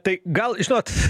tai gal žinot